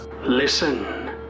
listen